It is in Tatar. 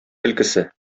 көлкесе